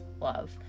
love